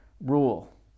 rule